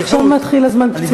עכשיו מתחיל זמן פציעות.